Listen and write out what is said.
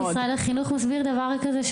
להלן תרגומם: איך משרד החינוך מסביר דבר כזה?)